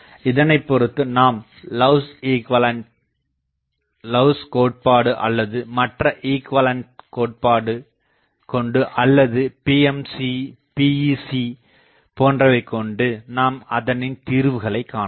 இதனைப் பொறுத்து நாம் லவ்ஸ் Love's equivalent கோட்பாடு அல்லது மற்ற ஈகுவலண்ட் கோட்பாடு கொண்டு அல்லது PMC PEC போன்றவை கொண்டு நாம் அதனின் தீர்வுகளை காணலாம்